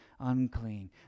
unclean